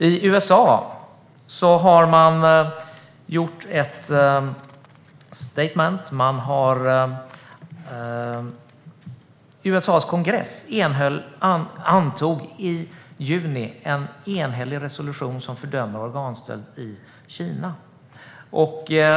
I USA har man gjort ett statement. USA:s kongress antog i juni enhälligt en resolution som fördömer organstöld i Kina.